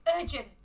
urgent